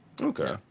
Okay